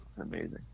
amazing